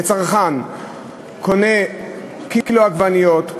כשצרכן קונה קילו עגבניות,